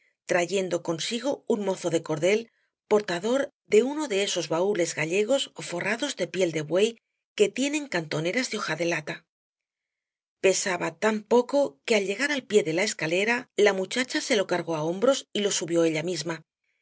trayendo consigo un mozo de cordel portador de uno de esos baúles gallegos forrados de piel de buey que tienen cantoneras de hojadelata pesaba tan poco que al llegar al pié de la escalera la muchacha se lo cargó á hombros y lo subió ella misma